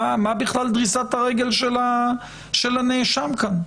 מה בכלל דריסת הרגל של הנאשם כאן?